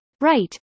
right